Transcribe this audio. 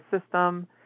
system